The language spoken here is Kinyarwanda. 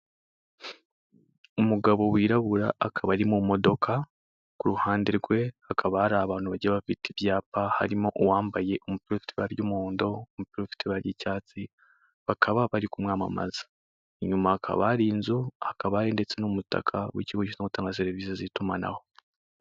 Umugabo wirabura akaba ari mu modoka ku ruhande rwe hakaba hari abantu bagiye bafite ibyapa harimo uwambaye umupira ufite ibara ry'umuhondo, umupira ufite ibara ry'icyatsi bakaba bari kumwamamaza inyuma hakaba hari inzu hakaba hari ndetse n'umutaka w'ikigo gishinzwe gutanga serivisi z'itumanaho.